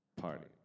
party